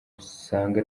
usanga